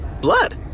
blood